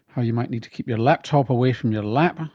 how you might need to keep your laptop away from your lap,